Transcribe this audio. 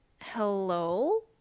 Hello